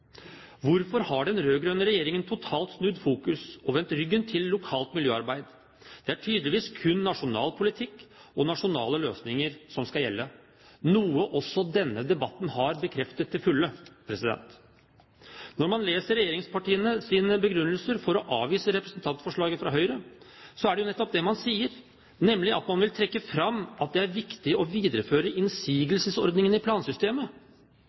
Hvorfor har den rød-grønne regjeringen totalt snudd fokus og vendt ryggen til lokalt miljøarbeid? Det er tydeligvis kun nasjonal politikk og nasjonale løsninger som skal gjelde, noe også denne debatten har bekreftet til fulle. Når man leser regjeringspartienes begrunnelser for å avvise representantforslaget fra Høyre, er det jo nettopp det man sier, nemlig at man «vil trekke fram at det er viktig å videreføre innsigelsesordningen i plansystemet»,